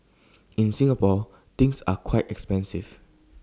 in Singapore things are quite expensive